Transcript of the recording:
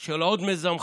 של עוד מיזם חשוב,